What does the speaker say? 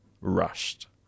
rushed